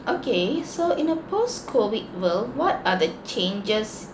okay so in a post COVID world what are the changes